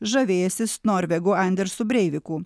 žavėjęsis norvegu andersu breiviku